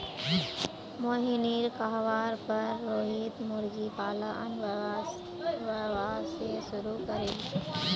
मोहिनीर कहवार पर रोहित मुर्गी पालन व्यवसाय शुरू करील